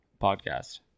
podcast